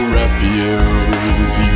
refuse